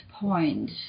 point